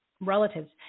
relatives